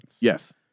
Yes